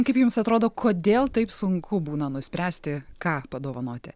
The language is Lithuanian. kaip jums atrodo kodėl taip sunku būna nuspręsti ką padovanoti